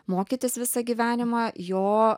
mokytis visą gyvenimą jo